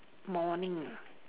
morning ah